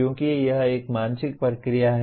क्योंकि यह एक मानसिक प्रक्रिया है